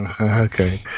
okay